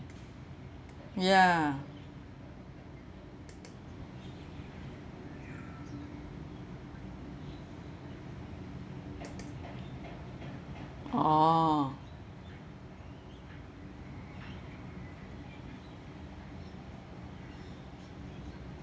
ya orh